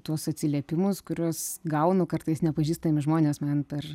tuos atsiliepimus kuriuos gaunu kartais nepažįstami žmonės man per